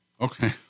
Okay